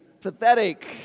pathetic